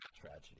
tragedy